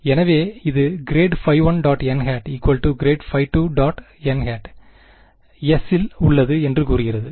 எனவே இது ∇1·n∇2·n S ல் உள்ளது என்று கூறுகிறது